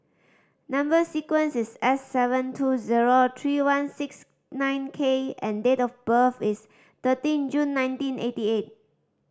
number sequence is S seven two zero three one six nine K and date of birth is thirteen June nineteen eighty eight